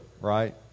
right